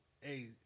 Hey